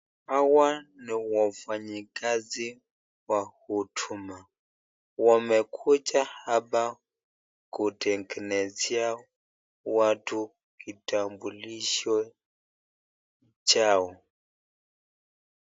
Hawa ni wafanyikazi wa huduma, wamekuja hapa kutengenezea watu kitambulisho chao.